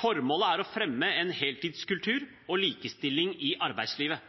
Formålet er å fremme en heltidskultur og likestilling i arbeidslivet.